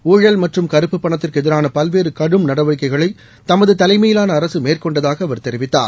ஊழல் மற்றும் கருப்பு பணத்திற்கு எதிராள பல்வேறு கடும் நடவடிக்கைகளை தமது தலைமையிலான அரக மேற்கொண்டதாக அவர் தெரிவித்தார்